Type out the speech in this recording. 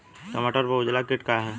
टमाटर पर उजला किट का है?